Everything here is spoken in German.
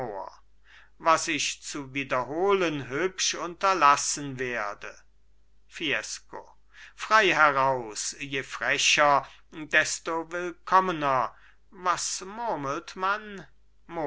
was ich zu wiederholen hübsch unterlassen werde fiesco frei heraus je frecher desto willkommener was murmelt man